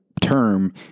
term